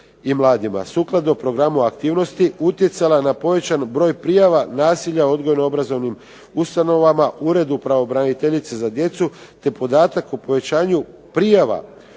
sukladno programu aktivnosti utjecala na pojačan broj prijava nasilja odgojno-obrazovnim ustanovama, Uredu pravobraniteljice za djecu te podatak o povećanju prijava Uredu